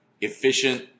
efficient